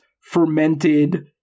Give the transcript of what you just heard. fermented